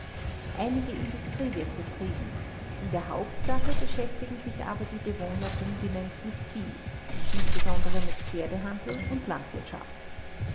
einige industrie wird betrieben in der hauptsache beschäftigen sich aber die bewohner gumbinnens mit vieh insbesondere mit pferdehandel und landwirtschaft